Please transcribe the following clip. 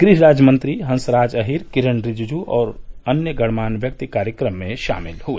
गृह राज्य मंत्री हंसराज अहीर किरेन रिजिजू और अन्य गणमान्य व्यक्ति कार्यक्रम में शामिल हुए